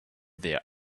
their